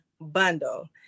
bundle